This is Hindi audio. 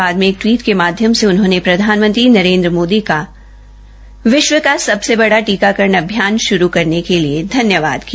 बाद में एक ट्वीट के माध्यम से उन्होंने प्रधानमंत्री नरेन्द्र मोदी का विष्व का सबसे बड़ा टीकाकरण अभियान शुरू करने के लिए धन्यवाद किया